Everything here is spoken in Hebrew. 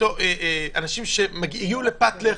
אנשים שהגיעו לפת לחם.